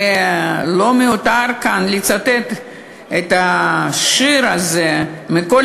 ולא מיותר כאן לצטט את השיר הזה: "ומכל